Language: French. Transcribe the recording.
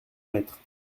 maître